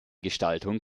gestaltung